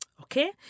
Okay